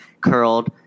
curled